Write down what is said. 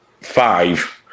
five